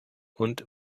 und